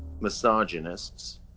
misogynists